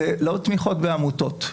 לא תמיכות בעמותות.